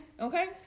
Okay